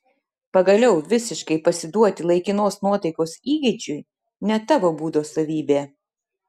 pagaliau visiškai pasiduoti laikinos nuotaikos įgeidžiui ne tavo būdo savybė